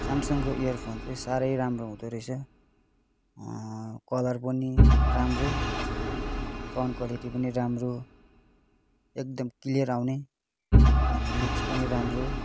सामसङको earphone साह्रै राम्रो हुँदो रहेछ कलर पनि राम्रो साउन्ड क्वालिटी पनि राम्रो एकदम क्लियर आउने अनि लुक्स पनि राम्रो